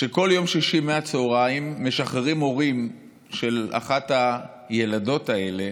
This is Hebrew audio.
כל יום שישי מהצוהריים משחררים הורים של אחת הילדות האלה,